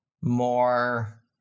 more